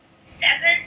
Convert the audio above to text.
seven